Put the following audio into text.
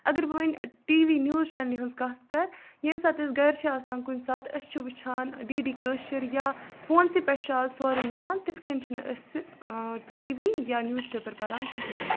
اگر بہٕ وَنہِ ٹی وی نیُوز چَنلہِ ہِنٛز کَتھ کَرٕ ییٚمہِ ساتہٕ أسۍ گَرِ چھِ آسان کُنہِ ساتہٕ أسۍ چھِ وٕچھان ڈی ڈی کٲشِر یا فونسٕے پٮ۪ٹھ چھِ آز سورُے مِلان تِتھ کَنۍ چھِنہٕ اَسہِ ٹی وی یا نیُوز پیپَر پَران کِہیٖنۍ